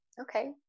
Okay